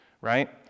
right